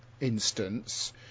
instance